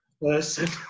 person